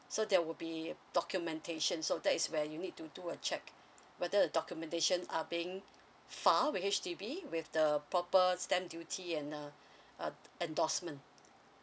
so there would be documentation so that is where you need to do a check whether the documentation are being filed with H_D_B with the proper stamp duty and a a endorsement